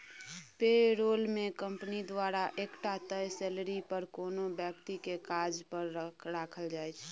पे role मे company द्वारा एकटा तय सेलरी पर कोनो बेकती केँ काज पर राखल जाइ छै